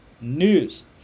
news